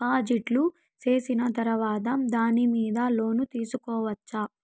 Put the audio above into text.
డిపాజిట్లు సేసిన తర్వాత దాని మీద లోను తీసుకోవచ్చా?